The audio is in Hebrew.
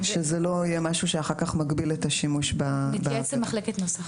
שזה לא יהיה משהו שאחר כך מגביל את השימוש --- נתייעץ עם מחלקת נוסח.